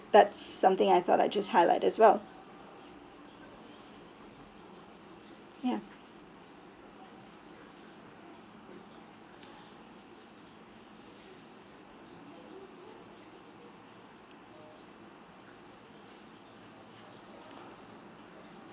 that's something I thought I'd just highlight as well ya